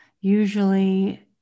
usually